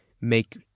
make